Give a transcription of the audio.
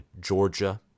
Georgia